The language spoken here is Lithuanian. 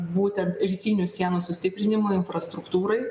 būtent rytinių sienų sustiprinimo infrastruktūrai